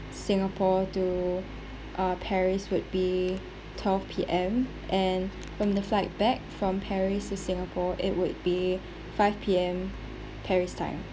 singapore to uh paris would be twelve P_M and from the flight back from paris to singapore it would be five P_M paris time